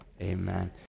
Amen